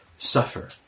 Suffer